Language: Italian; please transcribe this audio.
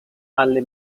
alle